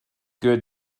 good